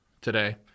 today